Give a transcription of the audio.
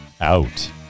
Out